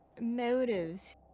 motives